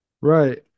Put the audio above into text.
Right